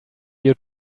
you